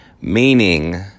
Meaning